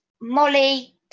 Molly